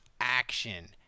action